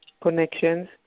connections